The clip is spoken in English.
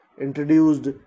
introduced